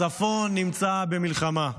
הצפון נמצא במלחמה,